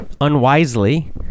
unwisely